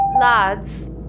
Lads